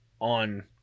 on